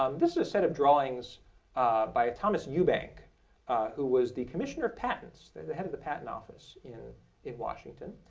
um this was a set of drawings by thomas eubank who was the commissioner of patents, the the head of the patent office, in in washington.